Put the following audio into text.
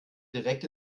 direkt